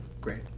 Great